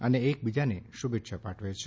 અને એકબીજાને શુભેચ્છા પાઠવે છે